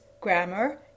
grammar